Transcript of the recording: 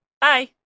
Bye